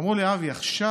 ואמרו לי: אבי, עכשיו,